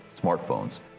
smartphones